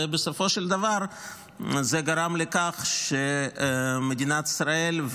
ובסופו של דבר זה גרם לכך שמדינת ישראל,